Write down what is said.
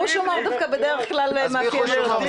חוש הומור דווקא בדרך כלל מאפיין --- עזבי חוש הומור,